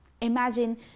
Imagine